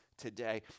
today